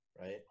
right